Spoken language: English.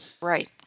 Right